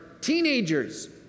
teenagers